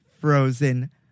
frozen